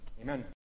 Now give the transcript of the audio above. amen